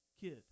kid